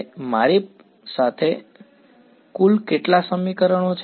હવે મારી સાથે તારે કુલ કેટલા સમીકરણો છે